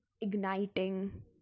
igniting